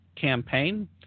campaign